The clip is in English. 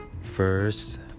First